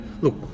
look